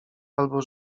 albo